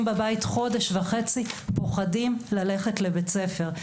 בבית חודש וחצי פוחדים ללכת לבית הספר.